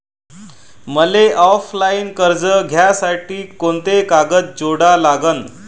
मले ऑफलाईन कर्ज घ्यासाठी कोंते कागद जोडा लागन?